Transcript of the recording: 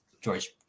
george